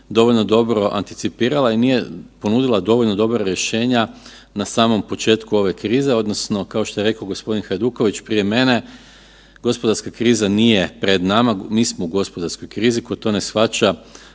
dovoljno dobro anticipirala i nije ponudila dovoljno dobra rješenja na samom početku ove krize, odnosno, kao što je rekao g. Hajduković prije mene, gospodarska kriza nije pred nama, mi smo u gospodarskoj krizi. Tko to ne shvaća,